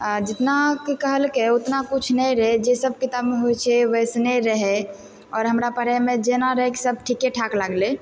जितना कि कहलकइ उतना किछु नहि रहय जे सब किताबमे होइ छै वैसने रहै और हमरा पढ़ैमे जेना रहै कि सब ठीके ठाक लागलइ